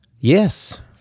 yes